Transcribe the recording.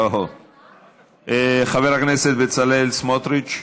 חבר הכנסת בצלאל סמוטריץ,